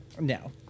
No